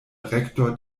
rektor